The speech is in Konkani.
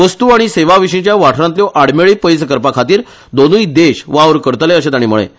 वस्तु आनी सेवाविशीच्या वाठारांतल्यो आडमेळी पयस करपा खातीर दोनुय देश वावर करतले अशें ताणी म्हळें